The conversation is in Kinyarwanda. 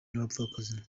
n’abapfakazi